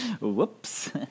Whoops